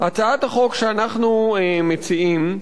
בהצעת החוק שאנחנו מציעים,